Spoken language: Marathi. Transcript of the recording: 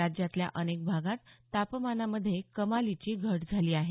राज्यातल्या अनेक भागात तापमानामधे कमालीची घट झाली आहे